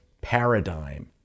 paradigm